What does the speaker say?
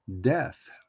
death